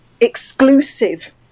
exclusive